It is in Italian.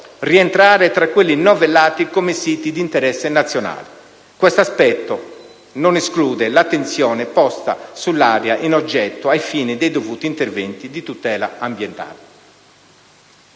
rientrare tra quelli novellati come siti di interesse nazionale. Questo aspetto non esclude l'attenzione posta sull'area in oggetto ai fini dei dovuti interventi di tutela ambientale.